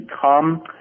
come